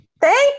Thank